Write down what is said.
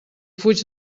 fuig